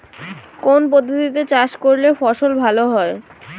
কোন পদ্ধতিতে চাষ করলে ফসল ভালো হয়?